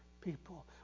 people